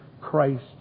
Christ